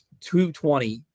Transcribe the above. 220